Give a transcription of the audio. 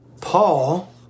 Paul